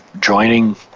joining